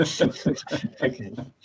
Okay